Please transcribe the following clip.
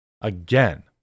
Again